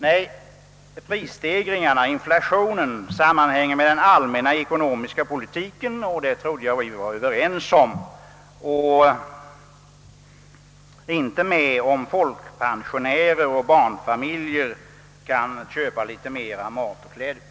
Nej, prisstegringarna och inflationen sammanhänger med den allmänna ekonomiska politiken — det trodde jag att vi var överens om — inte med frågan om huruvida folkpensionärer och barnfamiljer kan köpa litet mera mat och kläder.